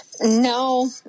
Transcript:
No